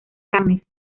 cannes